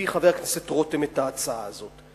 חבר הכנסת רותם את ההצעה הזאת?